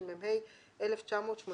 התשמ"ה 1985."